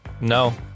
No